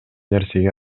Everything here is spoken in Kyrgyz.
нерсеге